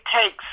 takes